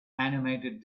animated